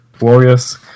Warriors